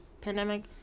pandemic